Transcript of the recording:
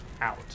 out